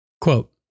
quote